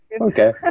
okay